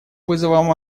вызовом